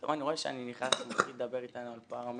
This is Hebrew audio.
פתאום אני רואה שאני נכנס והוא מתחיל לדבר איתנו על פרמטרים,